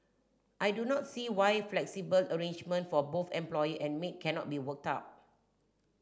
I do not see why a flexible arrangement for both employer and maid cannot be worked out